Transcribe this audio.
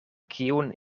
kiun